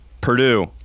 Purdue